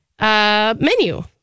menu